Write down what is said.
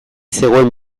zegoen